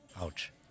ouch